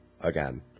again